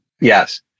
Yes